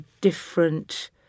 different